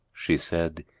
she said,